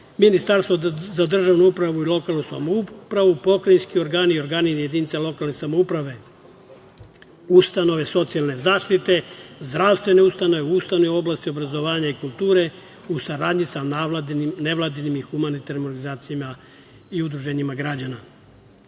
Ministarstvo za državnu upravu i lokalnu samoupravu, pokrajinski organi i organi jedinice lokalne samouprave, ustanove socijalne zaštite, zdravstvene ustanove, ustanove u oblasti obrazovanja i kulture u saradnji sa nevladinim i humanitarnim organizacijama i udruženjima građana.U